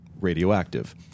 radioactive